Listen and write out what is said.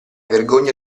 vergogna